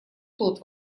тот